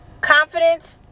Confidence